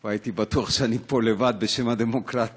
כבר הייתי בטוח שאני פה לבד בשם הדמוקרטיה.